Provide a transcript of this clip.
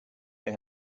they